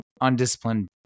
undisciplined